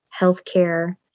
healthcare